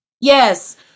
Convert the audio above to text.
Yes